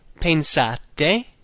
pensate